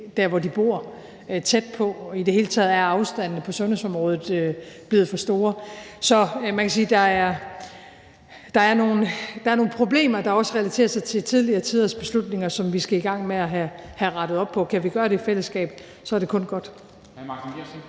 der, hvor de bor. I det hele taget er afstandene på sundhedsområdet blevet for store. Så man kan sige, at der er nogle problemer, der også relaterer sig til tidligere tiders beslutninger, som vi skal i gang med at have rettet op på, og kan vi gøre det i fællesskab, så er det kun godt.